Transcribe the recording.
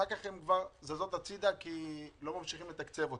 אחר כך זזות הצידה כי לא ממשיכים לתקצב אותן.